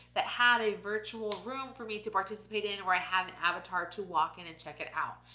that had a virtual room for me to participate in. where i had an avatar to walk in, and check it out.